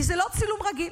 כי זה לא צילום רגיל.